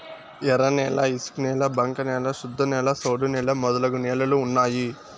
ఎర్రన్యాల ఇసుకనేల బంక న్యాల శుద్ధనేల సౌడు నేల మొదలగు నేలలు ఉన్నాయి